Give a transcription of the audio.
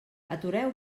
atureu